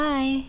Bye